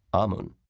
amun.